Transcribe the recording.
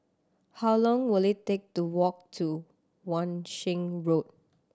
how long will it take to walk to Wan Shih Road